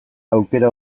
aukera